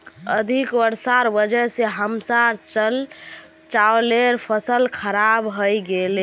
अधिक वर्षार वजह स हमसार चावलेर फसल खराब हइ गेले